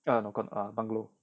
ah not condo bungalow